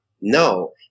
no